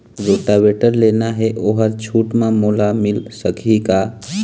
Rotavator लेना हे ओहर छूट म मोला मिल सकही का?